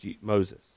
Moses